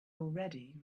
already